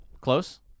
Close